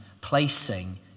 placing